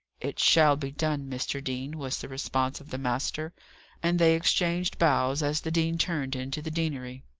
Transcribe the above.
it shall be done, mr. dean, was the response of the master and they exchanged bows as the dean turned into the deanery.